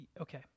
okay